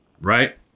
right